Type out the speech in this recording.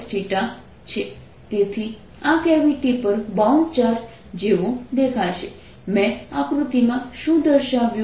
r Pcosθ તેથી આ cavity પર બાઉન્ડ ચાર્જ જેવો દેખાશે મેં આકૃતિમાં શું દર્શાવ્યું